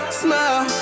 smile